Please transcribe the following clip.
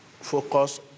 focus